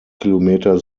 kilometer